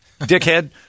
dickhead